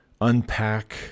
unpack